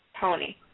pony